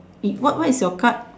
what what is your card